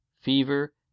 fever